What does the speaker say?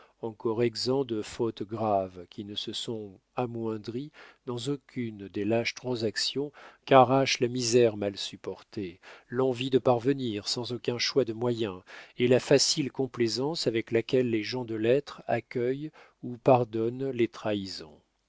encore exempts de fautes graves qui ne se sont amoindris dans aucune des lâches transactions qu'arrachent la misère mal supportée l'envie de parvenir sans aucun choix de moyens et la facile complaisance avec laquelle les gens de lettres accueillent ou pardonnent les trahisons